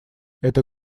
эта